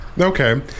okay